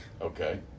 Okay